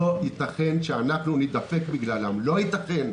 לא ייתכן שאנחנו נידפק בגללם, לא ייתכן.